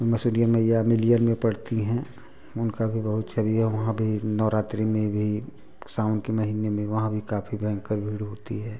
मसूरिया मैया मिलिया में पड़ती हैं उनका भी बहुत छवि है वहाँ भी नौरात्रि में भी सावन के महीने में वहाँ भी काफ़ी भयंकर भीड़ होती है